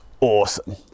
awesome